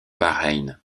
bahreïn